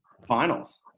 finals